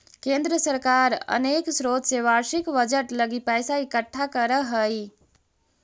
केंद्र सरकार अनेक स्रोत से वार्षिक बजट लगी पैसा इकट्ठा करऽ हई